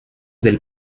del